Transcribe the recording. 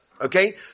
Okay